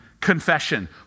confession